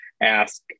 ask